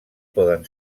poden